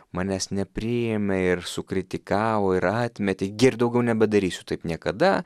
manęs nepriėmė ir sukritikavo ir atmetė girdi daugiau nebedarysiu taip niekada